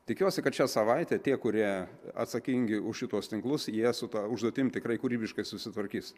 tikiuosi kad šią savaitę tie kurie atsakingi už šituos tinklus jie su ta užduotim tikrai kūrybiškai susitvarkys